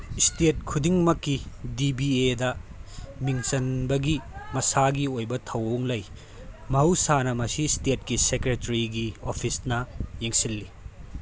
state ꯈꯨꯗꯤꯡꯃꯛꯀꯤ ꯗꯤ ꯕꯤ ꯑꯦꯗ ꯃꯤꯡ ꯆꯟꯕꯒꯤ ꯃꯁꯥꯒꯤ ꯑꯣꯏꯕ ꯊꯧꯑꯣꯡ ꯂꯩ ꯃꯍꯧꯁꯥꯅ ꯃꯁꯤ ꯁ꯭ꯇꯦꯠꯀꯤ ꯁꯦꯀ꯭ꯔꯦꯇ꯭ꯔꯤꯒꯤ ꯑꯣꯐꯤꯁꯅ ꯌꯦꯡꯁꯤꯜꯂꯤ